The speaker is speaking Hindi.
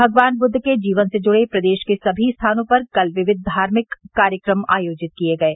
भगवान बुद्ध के जीवन से जुड़े प्रदेश के सभी स्थानों पर कल विविध धार्मिक कार्यक्रम आयोजित किये गये